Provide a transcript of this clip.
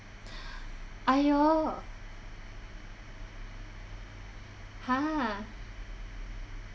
!aiyo! !huh!